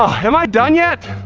am i done yet?